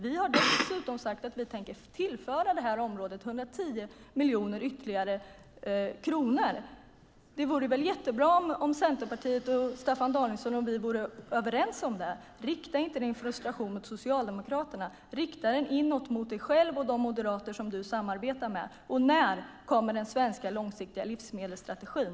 Vi har dessutom sagt att vi tänker tillföra området 110 miljoner kronor ytterligare. Det vore väl jättebra om Centerpartiet, Staffan Danielsson och vi vore överens om det? Rikta inte din frustration mot Socialdemokraterna! Rikta den inåt mot dig själv och de moderater som du samarbetar med! När kommer den svenska långsiktiga livsmedelsstrategin?